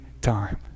time